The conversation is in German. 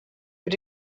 mit